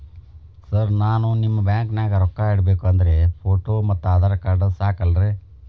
Sir ನಾನು ನಿಮ್ಮ ಬ್ಯಾಂಕನಾಗ ರೊಕ್ಕ ಇಡಬೇಕು ಅಂದ್ರೇ ಫೋಟೋ ಮತ್ತು ಆಧಾರ್ ಕಾರ್ಡ್ ಸಾಕ ಅಲ್ಲರೇ?